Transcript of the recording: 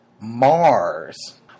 Mars